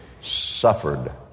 suffered